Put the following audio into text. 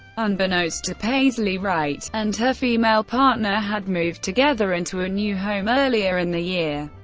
unbeknownst to paisley, wright and her female partner had moved together into a new home earlier in the year.